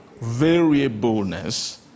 variableness